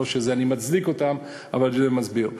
לא שאני מצדיק אותן, אבל זה מסביר.